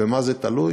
במה זה תלוי?